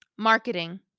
Marketing